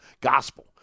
gospel